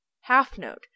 Half-note